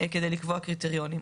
כדי לקבוע קריטריונים.